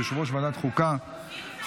התקבלה בקריאה השנייה והשלישית,